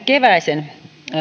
keväisen